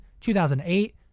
2008